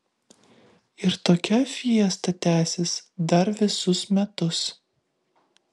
ir tokia fiesta tęsis dar visus metus